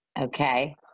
Okay